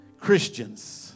christians